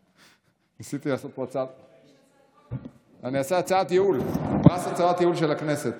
אני אעשה הצעת ייעול, פרס הצעת ייעול של הכנסת.